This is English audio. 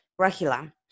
Rahila